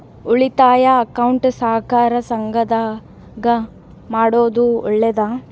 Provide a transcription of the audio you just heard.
ಉಳಿತಾಯ ಅಕೌಂಟ್ ಸಹಕಾರ ಸಂಘದಾಗ ಮಾಡೋದು ಒಳ್ಳೇದಾ?